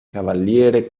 cavaliere